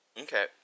Okay